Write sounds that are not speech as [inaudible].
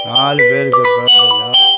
நாலு பேர்த்துக்கும் [unintelligible]